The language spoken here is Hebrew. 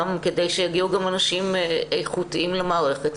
כדי שיגיעו גם אנשים איכותיים למערכת